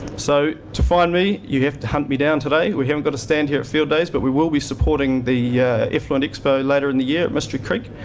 so to find me, you have to hunt me down today. we havent got a stand here at fieldays, but we will be supporting the effluent expo later in the year at mystery creek.